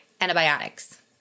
Antibiotics